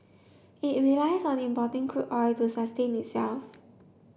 it relies on importing crude oil to sustain itself